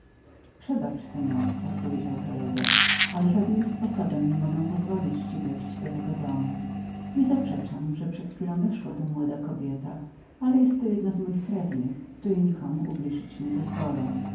przebaczysz seor odpowiedział toledo ale żadnym sposobem nie mogę pozwolić mu wejść do tego domu niezaprzeczam że przed chwilą weszła tu młoda kobieta ale jestto jedna z moich krewnych której nikomu ubliżyć nie dozwolę